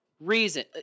reason –